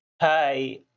Hi